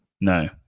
No